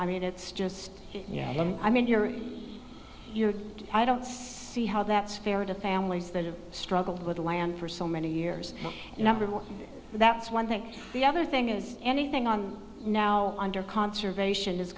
i mean it's just yeah i mean you're you know i don't see how that's fair to families that have struggled with land for so many years but number one that's one thing the other thing is anything on now under conservation has